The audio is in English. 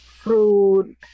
fruit